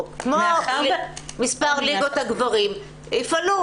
כמו מספר ליגות הגברים יפעלו?